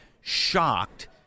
shocked